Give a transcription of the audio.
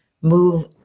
move